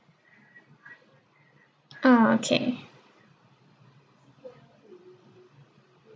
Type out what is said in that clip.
ah okay